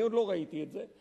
אני עוד לא ראיתי את זה,